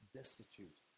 destitute